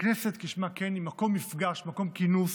הכנסת, כשמה כן היא, מקום מפגש, מקום כינוס